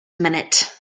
minute